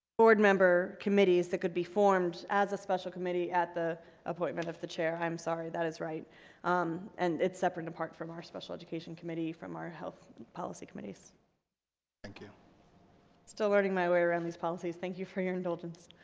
board member committees that could be formed as a special committee at the appointment of the chair i'm sorry that is right and it's separate apart from our special education committee from our health policy committees thank you still learning my way around these policies thank you for your indulgence.